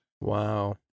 Wow